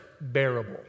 bearable